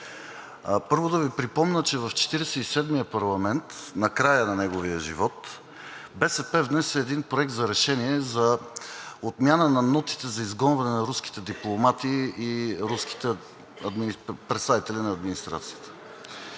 Първо, да Ви припомня, че в Четиридесет и седмия парламент, на края на неговия живот, БСП внесе един проект за решение за отмяна на нотите за изгонване на руските дипломати и руските представители на администрацията.